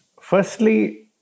Firstly